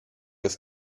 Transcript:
ist